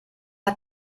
hat